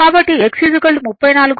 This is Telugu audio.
కాబట్టి x 34